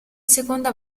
seconda